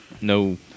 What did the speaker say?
No